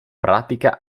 pratica